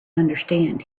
understand